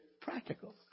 practical